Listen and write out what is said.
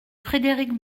frédéric